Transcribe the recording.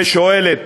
ושואלת: